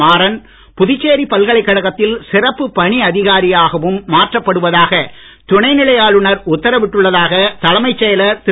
மாறன் புதுச்சேரி பல்கலைக்கழகத்தில் சிறப்பு பணி அதிகாரியாகவும் மாற்றப்படுவதாக துணைநிலை ஆளுநர் உத்தரவிட்டுள்ளதாக தலைமைச் செயலர் திரு